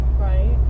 Right